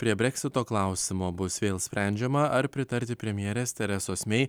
prie breksito klausimo bus vėl sprendžiama ar pritarti premjerės teresos mei